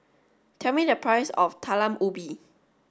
tell me the price of Talam Ubi